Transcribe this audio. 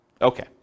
Okay